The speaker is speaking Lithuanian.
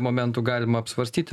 momentų galima apsvarstyti